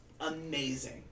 amazing